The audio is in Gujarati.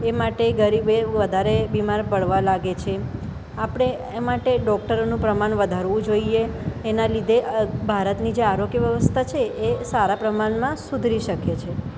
એ માટે ગરીબ એ વધારે બીમાર પડવા લાગે છે આપણે એ માટે ડૉક્ટરોનું પ્રમાણ વધારવું જોઈએ એના લીધે ભારતની જે આરોગ્ય વ્યવસ્થા છે એ સારા પ્રમાણમાં સુધરી શકે છે